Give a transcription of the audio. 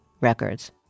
Records